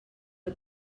del